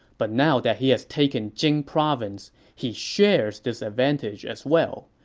but now that he has taken jing province, he shares this advantage as well.